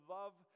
love